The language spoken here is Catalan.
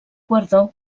guardó